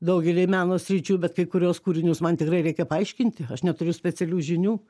daugely meno sričių bet kai kuriuos kūrinius man tikrai reikia paaiškinti aš neturiu specialių žinių